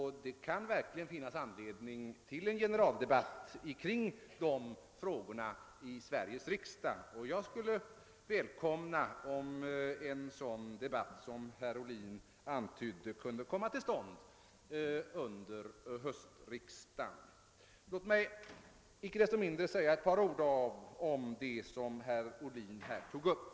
Det kan verkligen finnas anledning att i Sveriges riksdag ta upp en generaldebatt omkring dessa frågor, och jag skulle välkomna om en sådan debatt som herr Ohlin antydde kunde komma till stånd under höstriksdagen. Inte desto mindre vill jag här säga något om de frågor som herr Ohlin tog upp.